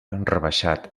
rebaixat